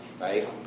right